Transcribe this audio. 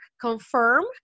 confirm